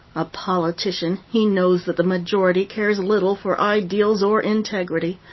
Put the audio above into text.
a politician, he knows that the majority cares little for ideals or integrity.